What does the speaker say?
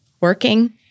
working